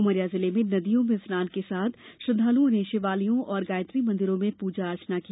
उमरिया जिले में नदियों में स्नान के साथ श्रद्वालुओं ने शिवालयों और गायत्री मंदिरों में पूजा अर्चना की